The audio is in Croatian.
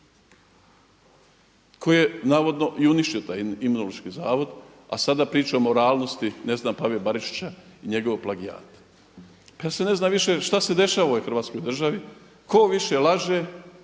koji je navodno i uništio taj Imunološki zavod a sada pričamo o realnosti ne znam Pave Barišića i njegov plagijat. Kada se ne zna više šta se dešava u ovoj Hrvatskoj državi, tko više laže,